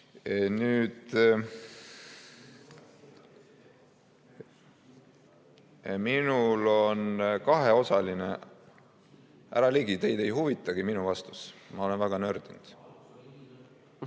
Minul on kaheosaline ... Härra Ligi, teid ei huvitagi minu vastus. Ma olen väga nördinud.